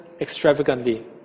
extravagantly